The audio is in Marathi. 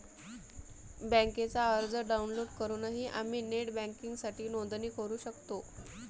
बँकेचा अर्ज डाउनलोड करूनही आम्ही नेट बँकिंगसाठी नोंदणी करू शकतो